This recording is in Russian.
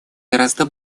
гораздо